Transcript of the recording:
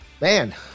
Man